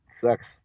sex